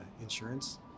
insurance